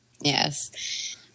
Yes